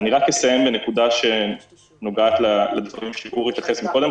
אני רק אסיים בנקודה שנוגעת לדברים שגור התייחס אליהם קודם.